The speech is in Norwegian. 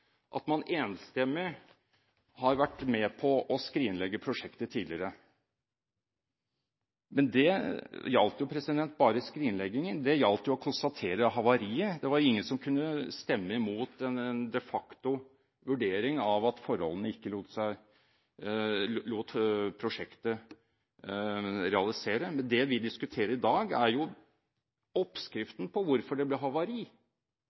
at man enstemmig har vært med på å skrinlegge prosjektet tidligere. Men det gjaldt jo bare skrinleggingen, det gjaldt å konstatere havariet. Det var ingen som kunne stemme mot en de facto vurdering av at forholdene ikke lot prosjektet realisere. Det vi diskuterer i dag, er jo oppskriften på hvorfor det ble havari.